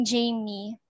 Jamie